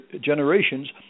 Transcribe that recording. generations